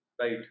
Right